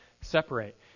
separate